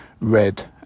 red